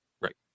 Right